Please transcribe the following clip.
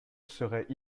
seraient